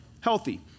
Healthy